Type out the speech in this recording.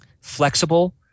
flexible